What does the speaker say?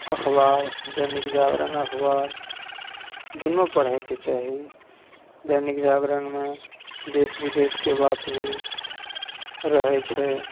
अखबार दैनिक जागरण अखबार दुन्नू पढ़ैके चाही दैनिक जागरणमे देश बिदेशके बात भी रहै छै